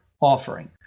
offering